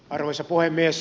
arvoisa puhemies